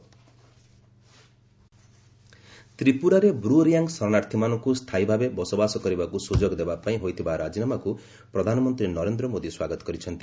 PM ବିଆର୍ୟୁ ତ୍ରିପୁରାରେ ବ୍ର୍ଚ୍ଚିଆଙ୍ଗ୍ ଶରଣାର୍ଥୀମାନଙ୍କୁ ସ୍ଥାୟୀ ଭାବେ ବସବାସ କରିବାକୁ ସୁଯୋଗ ଦେବାପାଇଁ ହୋଇଥିବା ରାଜିନାମାକୁ ପ୍ରଧାନମନ୍ତ୍ରୀ ନରେନ୍ଦ୍ର ମୋଦି ସ୍ୱାଗତ କରିଛନ୍ତି